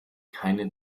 keine